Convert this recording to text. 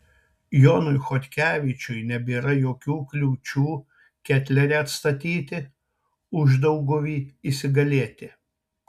jonui chodkevičiui nebėra jokių kliūčių ketlerį atstatyti uždauguvy įsigalėti